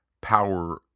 power